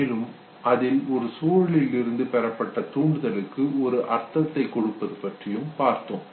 மேலும் அதில் ஒரு சூழலில் இருந்து பெறப்பட்ட தூண்டுதலுக்கு ஒரு அர்த்தத்தை கொடுப்பது பற்றியும் பார்த்தோம்